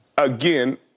Again